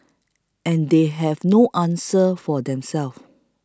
and they have no answer for themselves